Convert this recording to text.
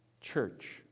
church